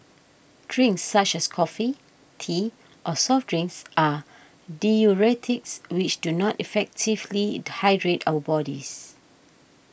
drinks such as coffee tea or soft drinks are diuretics which do not effectively hydrate our bodies